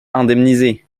indemnisée